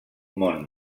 món